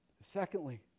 Secondly